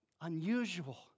unusual